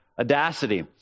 audacity